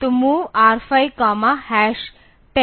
तो MOV R5 10